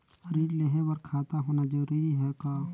ऋण लेहे बर खाता होना जरूरी ह का?